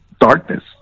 darkness